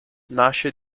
nasce